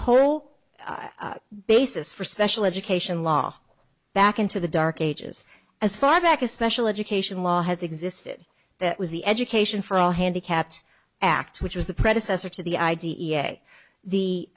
whole basis for special education law back into the dark ages as far back as special education law has existed that was the education for all handicapped act which was the predecessor to the i d e a